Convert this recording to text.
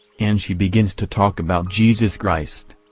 and she begins to talk about jesus christ.